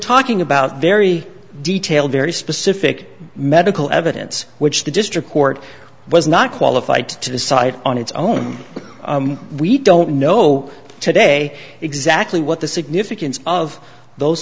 talking about very detailed very specific medical evidence which the district court was not qualified to decide on its own we don't know today exactly what the significance of those